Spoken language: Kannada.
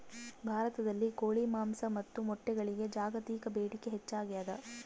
ಭಾರತದಲ್ಲಿ ಕೋಳಿ ಮಾಂಸ ಮತ್ತು ಮೊಟ್ಟೆಗಳಿಗೆ ಜಾಗತಿಕ ಬೇಡಿಕೆ ಹೆಚ್ಚಾಗ್ಯಾದ